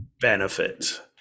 benefit